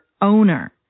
owner